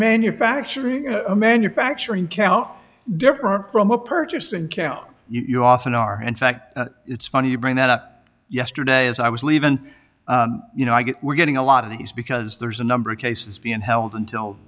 manufacturing a manufacturing cow different from a purchase and cow you often are in fact it's funny you bring that up yesterday as i was leavin you know i get we're getting a lot of these because there's a number of cases being held until